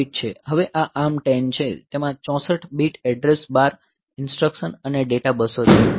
હવે આ ARM10 છે તેમાં 64 બીટ એડ્રેસ બાર ઇન્સટ્રકશન અને ડેટા બસો છે